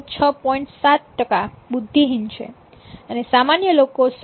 7 ટકા બુધ્ધિહીન છે સામાન્ય લોકો 16